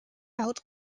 out